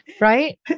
Right